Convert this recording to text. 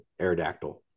Aerodactyl